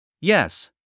Yes